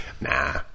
Nah